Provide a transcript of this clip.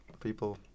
people